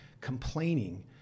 complaining